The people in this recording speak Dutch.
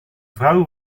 vrouw